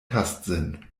tastsinn